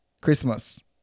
Christmas